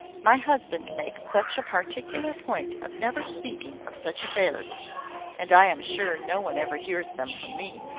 my husband makes such a particular point of never speaking of such affairs and i am sure no one ever hears them from me.